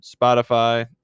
Spotify